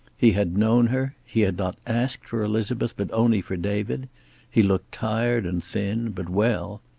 he had known her he had not asked for elizabeth, but only for david he looked tired and thin, but well.